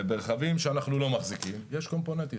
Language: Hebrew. וברכבים שאנחנו לא מחזיקים יש קומפוננטים.